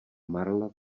marla